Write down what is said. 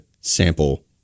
sample